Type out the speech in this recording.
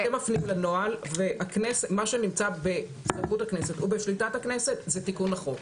אתם מפנים לנוהל ומה שנמצא בשליטת הכנסת זה תיקון החוק.